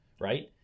right